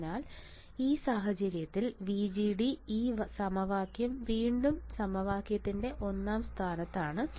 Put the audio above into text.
അതിനാൽ ഈ സാഹചര്യത്തിൽ VGD ഈ സമവാക്യം വീണ്ടും സമവാക്യത്തിന്റെ ഒന്നാം സ്ഥാനത്താണ്